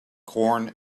corn